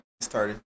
started